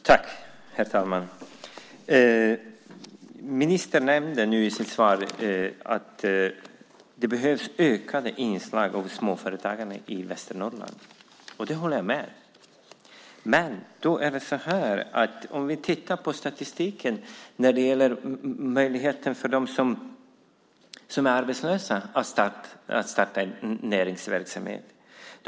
Herr talman! Ministern nämnde nu i sitt svar att det behövs ökade inslag av småföretagande i Västernorrland. Det håller jag med om. Men statistiken visar att vecka 23 år 2005 var det 6 372 personer i Sverige som var arbetslösa som fick möjlighet att starta näringsverksamhet.